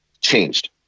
changed